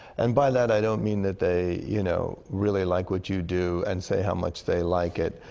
and by that, i don't mean that they you know, really like what you do, and say how much they like it.